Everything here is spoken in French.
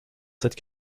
cette